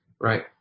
right